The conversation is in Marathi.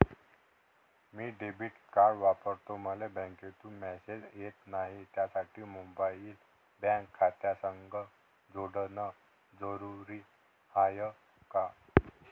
मी डेबिट कार्ड वापरतो मले बँकेतून मॅसेज येत नाही, त्यासाठी मोबाईल बँक खात्यासंग जोडनं जरुरी हाय का?